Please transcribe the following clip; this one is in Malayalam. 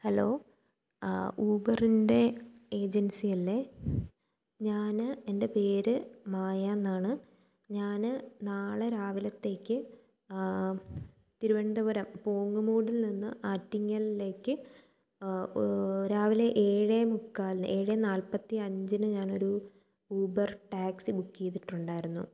ഹലോ ഊബറിൻ്റെ ഏജൻസി അല്ലേ ഞാന് എൻ്റെ പേര് മായ എന്നാണ് ഞാന് നാളെ രാവിലത്തേക്ക് തിരുവനന്തപുരം പോങ്ങുമ്മൂടിൽ നിന്ന് ആറ്റിങ്ങലിലേക്ക് രാവിലെ ഏഴ് മുക്കാൽ ഏഴ് നാല്പത്തി അഞ്ചിന് ഞാനൊരു ഊബർ ടാക്സി ബുക്ക് ചെയ്തിട്ടുണ്ടായിരുന്നു